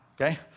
okay